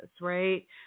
right